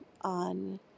on